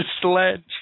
Sledge